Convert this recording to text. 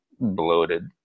bloated